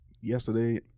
yesterday